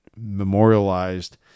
memorialized